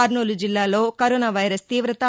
కర్నూలు జిల్లాలో corona virus తీవత